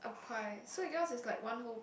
pie so yours is like one whole